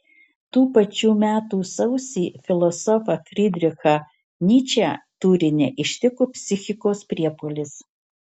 tų pačių metų sausį filosofą frydrichą nyčę turine ištiko psichikos priepuolis